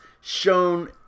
shown